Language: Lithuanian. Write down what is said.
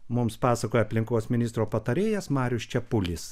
mums pasakoja aplinkos ministro patarėjas marius čepulis